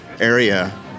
area